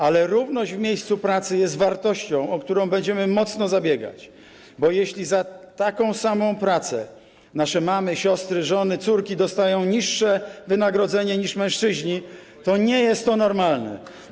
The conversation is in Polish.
Ale równość w miejscu pracy jest wartością, o którą będziemy mocno zabiegać, bo jeśli za taką samą pracę nasze mamy, siostry, żony, córki dostają niższe wynagrodzenie niż mężczyźni, to nie jest to normalne.